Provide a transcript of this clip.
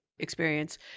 Experience